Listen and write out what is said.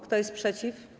Kto jest przeciw?